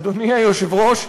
אדוני היושב-ראש,